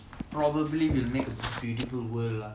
probably will make a beautiful world lah